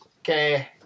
Okay